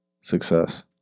success